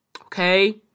okay